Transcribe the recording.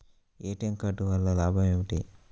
ATM card వల్ల లాభం ఏమిటి?